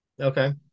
Okay